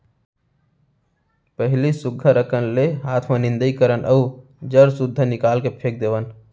पहिली सुग्घर अकन ले हाते म निंदई करन अउ जर सुद्धा निकाल के फेक देवन